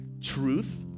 truth